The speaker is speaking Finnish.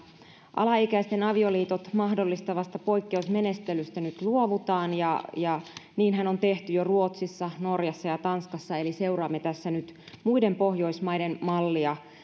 alaikäisten avioliitot mahdollistavasta poikkeusmenettelystä nyt luovutaan ja ja niinhän on tehty jo ruotsissa norjassa ja tanskassa eli seuraamme tässä nyt muiden pohjoismaiden mallia